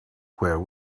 where